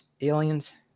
aliens